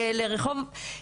לרחוב...